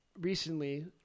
recently